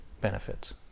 benefits